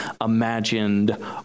imagined